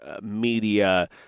media